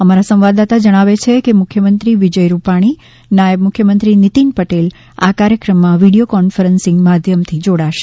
અમારા સંવાદદાતા જણાવે છે કે મુખ્યમંત્રી વિજય રૂપાણી નાયબ મુખ્યમંત્રી નીતિન પટેલ આ કાર્યક્રમમાં વીડિયો કોન્ફરન્સિંગ માધ્યમથી જોડાશે